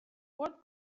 what